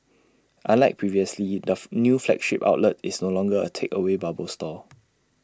unlike previously the new flagship outlet is no longer A takeaway bubble store